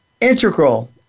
integral